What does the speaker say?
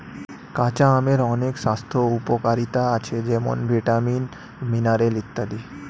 কাঁচা আমের অনেক স্বাস্থ্য উপকারিতা আছে যেমন ভিটামিন, মিনারেল ইত্যাদি